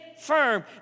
firm